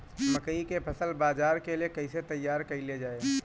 मकई के फसल बाजार के लिए कइसे तैयार कईले जाए?